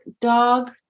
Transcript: dog